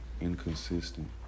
inconsistent